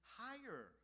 higher